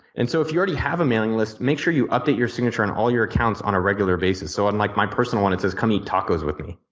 and so if you already have a mailing list make sure you update your signature on all of your accounts on a regular basis. so on like my personal one it says come eat tacos with me.